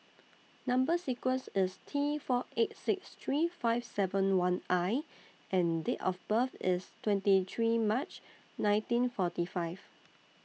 Number sequence IS T four eight six three five seven one I and Date of birth IS twenty three March nineteen forty five